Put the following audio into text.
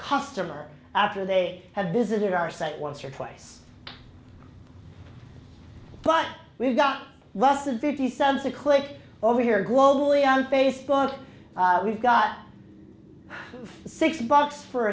customer after they have visited our site once or twice but we've got russell fifty cents a click over here globally on facebook we've got six bucks for